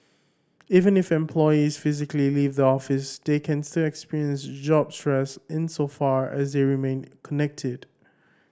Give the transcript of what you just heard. even if employees physically leave the office they can still experience job stress insofar as they remain connected